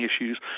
issues